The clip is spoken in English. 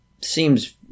seems